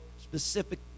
specific